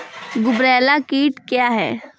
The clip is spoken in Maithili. गुबरैला कीट क्या हैं?